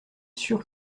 sûr